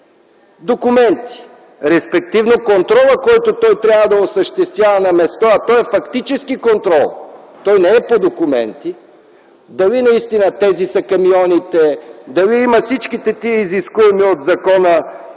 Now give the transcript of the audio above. документи, респективно контролът, който той трябва да осъществява на място, а той е фактически контрол, той не е по документи, дали наистина тези са камионите, дали има всичките тези изискуеми от закона